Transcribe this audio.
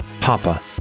Papa